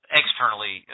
externally